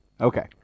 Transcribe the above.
Okay